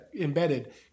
Embedded